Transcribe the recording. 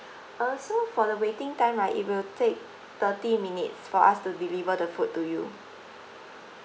uh so for the waiting time right it will take thirty minute for us to deliver the food to you